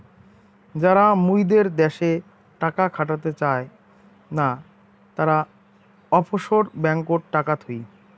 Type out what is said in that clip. যারা মুইদের দ্যাশে টাকা খাটাতে চায় না, তারা অফশোর ব্যাঙ্ককোত টাকা থুই